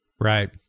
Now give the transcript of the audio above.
Right